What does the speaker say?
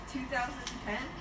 2010